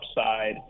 upside